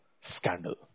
scandal